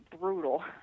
brutal